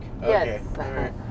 Yes